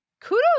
kudos